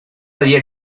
día